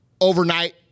overnight